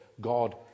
God